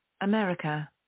America